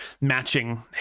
matching